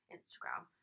Instagram